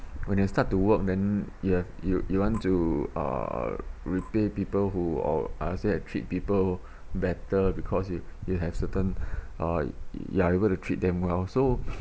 when you start to work then you have you you want to uh repay people who or I say I treat people better because if you have certain uh you are able to treat them well so